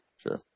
Sure